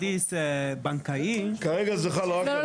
רגע, לא, לא,